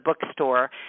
bookstore